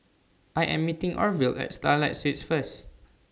I Am meeting Orvil At Starlight Suites First